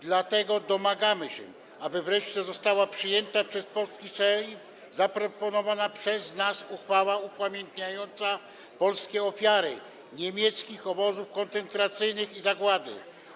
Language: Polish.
Dlatego domagamy się, aby wreszcie została przyjęta przez polski Sejm zaproponowana przez nas uchwała upamiętniająca polskie ofiary niemieckich obozów koncentracyjnych i zagłady.